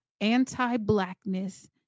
Anti-blackness